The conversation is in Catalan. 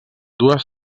dues